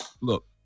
look